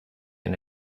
and